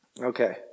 Okay